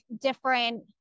different